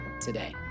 today